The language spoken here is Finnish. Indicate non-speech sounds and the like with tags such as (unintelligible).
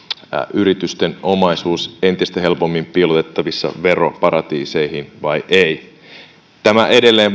yritysten omaisuus entistä helpommin piilotettavissa veroparatiiseihin vai ei ei tämä edelleen (unintelligible)